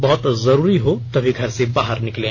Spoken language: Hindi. बहुत जरूरी हो तभी घर से बाहर निकलें